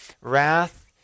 Wrath